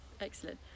Excellent